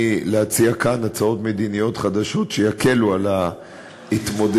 להציע כאן הצעות מדיניות חדשות שיקלו את ההתמודדות.